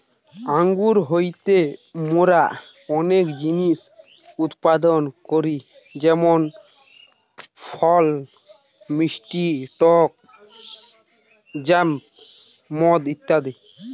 আঙ্গুর হইতে মোরা অনেক জিনিস উৎপাদন করি যেমন ফল, মিষ্টি টক জ্যাম, মদ ইত্যাদি